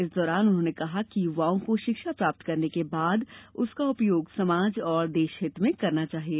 इस दौरान उन्होंने कहा कि युवाओं को शिक्षा प्राप्त करने के बाद उसका उपयोग समाज एंव देश हित मे करना चाहिए